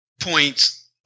points